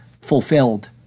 fulfilled